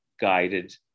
guided